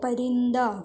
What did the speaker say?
پرندہ